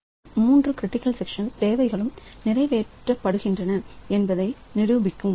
எனவே மூன்று கிரிட்டிக்கல் செக்ஷனின் தேவைகளும் நிறைவேற்றப்படுகின்றன என்பதை நிரூபிக்கும்